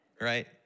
right